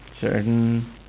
certain